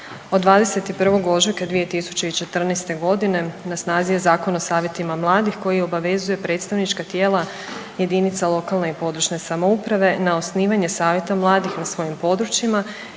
Od 21. ožujka 2014. g. na snazi je Zakon o savjetima mladih koji obavezuje predstavnička tijela jedinica lokalne i područne samouprave na osnivanje savjeta mladih na svojim područjima